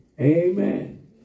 Amen